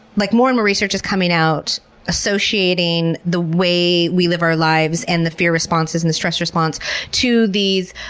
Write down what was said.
like more and more research is coming out associating the way we live our lives and the fear responses and the stress response to these,